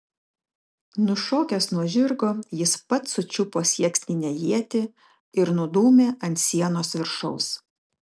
nušokęs nuo žirgo jis pats sučiupo sieksninę ietį ir nudūmė ant sienos viršaus